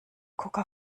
coca